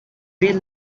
bill